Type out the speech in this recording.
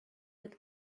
with